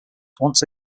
once